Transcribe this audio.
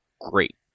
great